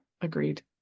agreed